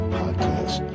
podcast